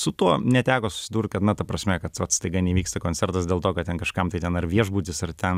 su tuo neteko susidurt kad na ta prasme kad vat staiga nevyksta koncertas dėl to kad ten kažkam tai ten ar viešbutis ar ten